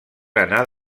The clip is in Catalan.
anar